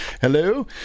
Hello